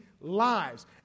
lives